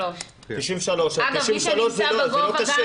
93%. אגב, מי שנמצא בגובה --- 93% זה לא קשה.